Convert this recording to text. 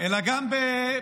אלא גם במעשים.